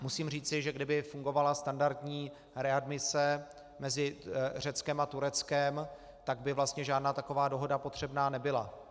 Musím říci, že kdyby fungovala standardní readmise mezi Řeckem a Tureckem, tak by vlastně žádná taková dohoda potřebná nebyla.